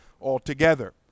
altogether